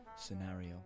scenario